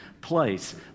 place